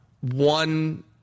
one